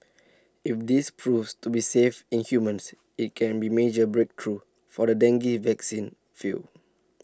if this proves to be safe in humans IT can be major breakthrough for the dengue vaccine field